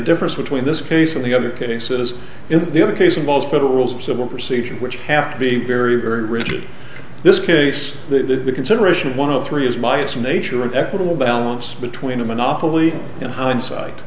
difference between this case and the other cases in the other case involves federal rules of civil procedure which have to be very very rigid this case the consideration one of three is by its nature an equitable balance between a monopoly in hindsight